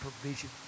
provision